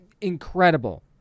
incredible